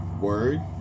word